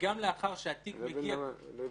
וגם לאחר שהתיק מגיע --- לא הבנתי.